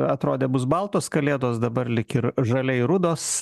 atrodė bus baltos kalėdos dabar lyg ir žaliai rudos